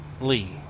Lee